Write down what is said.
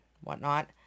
whatnot